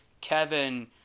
Kevin